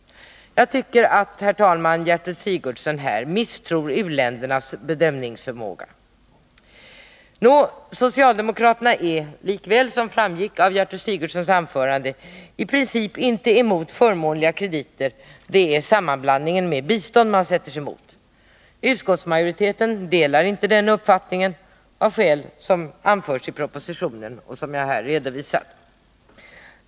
Jag tycker, herr talman, att Gertrud Sigurdsen här misstror u-ländernas bedömningsförmåga. Nåväl, socialdemokraterna är, som framgick av Gertrud Sigurdsens anförande, inte i princip emot förmånliga krediter — det är sammanblandningen med bistånd man sätter sig emot. Utskottsmajoriteten delar inte den uppfattningen — av skäl som är anförda i propositionen och som jag här redovisat.